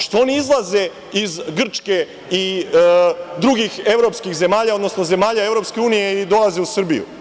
Što oni izlaze iz Grčke i drugih evropskih zemalja, odnosno zemalja EU i dolaze u Srbiju?